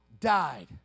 died